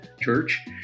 Church